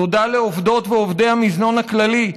תודה לעובדות ועובדי המזנון הכללי,